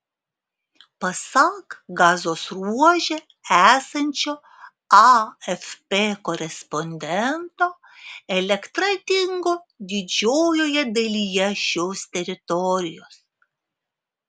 pasak gazos ruože esančio afp korespondento elektra dingo didžiojoje dalyje šios teritorijos